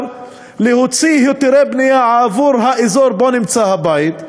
להוציא היתרי בנייה עבור האזור שבו נמצא הבית.